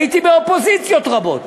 הייתי באופוזיציות רבות,